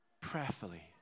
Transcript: prayerfully